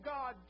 God